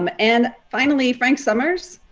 um and finally, frank summers,